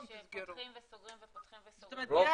יסגרו שפותחים וסוגרים ופותחים וסוגרים.